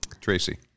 Tracy